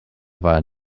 war